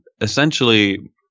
essentially